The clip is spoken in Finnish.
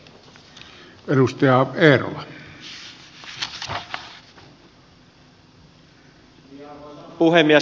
arvoisa puhemies